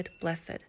blessed